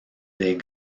des